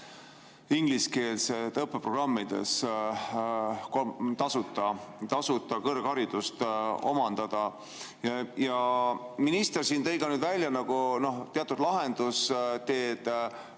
ingliskeelse õppe programmides tasuta kõrgharidust omandada. Ja minister siin tõi ka välja teatud lahendusteed